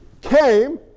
came